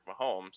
Mahomes